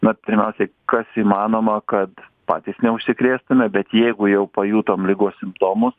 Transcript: na pirmiausiai kas įmanoma kad patys neužsikrėstume bet jeigu jau pajutom ligos simptomus